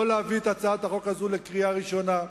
לא להביא את הצעת החוק הזו לקריאה ראשונה,